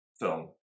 film